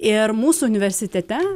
ir mūsų universitete